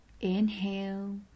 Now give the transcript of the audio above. inhale